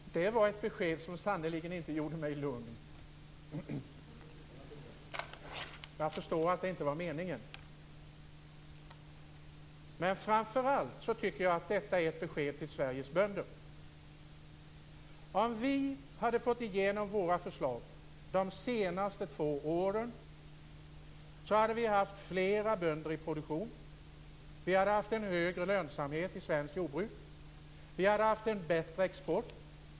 Herr talman! Det var ett besked som sannerligen inte gjorde mig lugn. Jag förstår att det inte heller var meningen. Men framför allt tycker jag att detta är ett besked till Sveriges bönder. Om vi hade fått igenom våra förslag de senaste två åren så hade vi haft fler bönder i produktion. Vi hade haft en högre lönsamhet i svenskt jordbruk. Vi hade haft en bättre export.